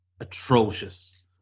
atrocious